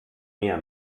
meer